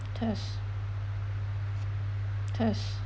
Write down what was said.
test test